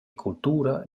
cultura